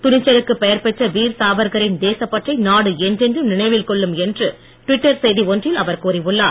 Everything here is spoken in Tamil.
துணிச்சலுக்கு பெயர்பெற்ற வீர் சாவர்க்கரின் தேசப்பற்றை நாடு என்றென்றும் நினைவில் கொள்ளும் என்று ட்விட்டர் செய்தி ஒன்றில் அவர் கூறியுள்ளார்